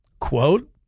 quote